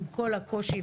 עם כל הקושי,